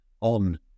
on